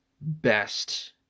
best